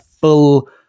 full